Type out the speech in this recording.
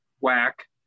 whack